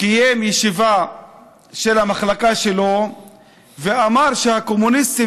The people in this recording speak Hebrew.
קיים ישיבה של המחלקה שלו ואמר שהקומוניסטים